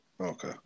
Okay